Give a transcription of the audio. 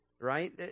Right